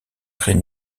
créent